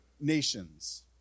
nations